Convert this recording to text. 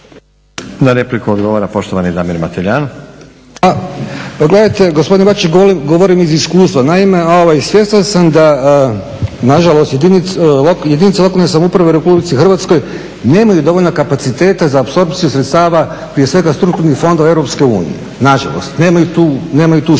Damir (SDP)** Hvala. Pa gledajte, gospodine Bačić govorim iz iskustva. Naime, svjestan sam da, na žalost jedinice lokalne samouprave u Republici Hrvatskoj nemaju dovoljno kapaciteta za apsorpciju sredstava prije svega strukovnih fondova EU. Na žalost, nemaju tu snagu,